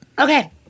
Okay